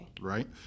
right